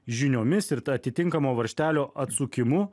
žiniomis ir ta atitinkamo varžtelio atsukimu